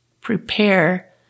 Prepare